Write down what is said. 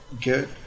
good